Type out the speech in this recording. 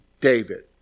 David